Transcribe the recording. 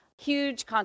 Huge